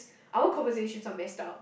our conversations are messed up